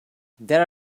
there